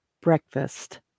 breakfast